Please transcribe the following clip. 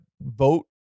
vote